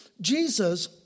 Jesus